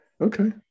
Okay